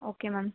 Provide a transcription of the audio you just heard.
okay ma'am